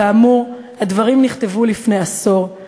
כאמור, הדברים נכתבו לפני עשור.